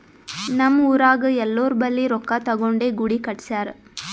ನಮ್ ಊರಾಗ್ ಎಲ್ಲೋರ್ ಬಲ್ಲಿ ರೊಕ್ಕಾ ತಗೊಂಡೇ ಗುಡಿ ಕಟ್ಸ್ಯಾರ್